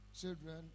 children